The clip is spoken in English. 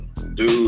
Dude